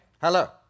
Hello